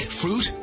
fruit